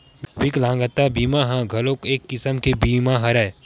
बिकलांगता बीमा ह घलोक एक किसम के बीमा हरय